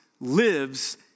lives